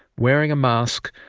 wearing a mask,